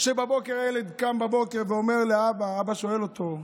שבהן הילד קם בבוקר ואומר לאבא, אבא שואל אותו: